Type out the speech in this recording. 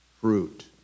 Fruit